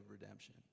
redemption